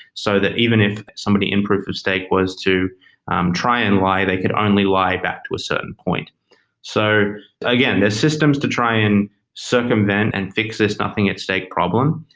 so that even if somebody in proof of stake wants to try and lie, they could only lie back to a certain point so again, the systems to try and circumvent and fix this nothing at stake problem.